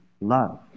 love